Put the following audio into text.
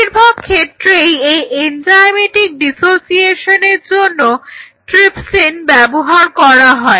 বেশিরভাগ ক্ষেত্রেই এই এনজাইমেটিক ডিসোসিয়েশনের জন্য ট্রিপসিন ব্যবহার করা হয়